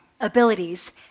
abilities